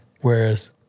Whereas